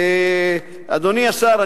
אדוני השר,